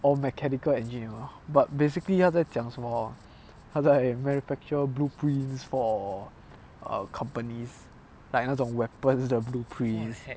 or mechanical engineer but basically 他在讲什么他在 manufacture blueprints for companies like 那种 weapons 的 blueprints